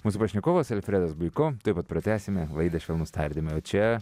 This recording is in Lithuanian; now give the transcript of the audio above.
mūsų pašnekovas alfredas buiko tuoj pat pratęsime laidą švelnūs tardymai o čia